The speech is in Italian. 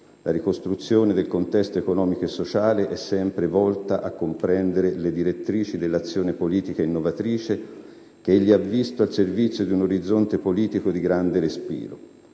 La ricostruzione del contesto economico e sociale è sempre volta a comprendere le direttrici dell'azione politica innovatrice che egli ha visto al servizio di un orizzonte politico di grande respiro.